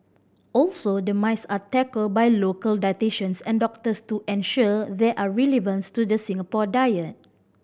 also the myths are tackled by local dietitians and doctors to ensure they are relevance to the Singapore diet